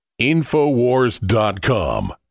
Infowars.com